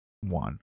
one